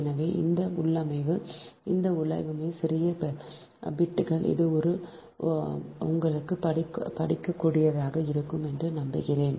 எனவே இந்த உள்ளமைவு இந்த உள்ளமைவு சிறிய பிட்கள் இது உங்களுக்கு படிக்கக்கூடியதாக இருக்கும் என்று நம்புகிறேன்